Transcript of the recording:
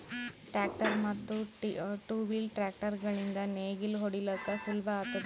tractor ಮತ್ತ್ two wheel tractor ಗಳಿಂದ್ ನೇಗಿಲ ಹೊಡಿಲುಕ್ ಸುಲಭ ಆತುದ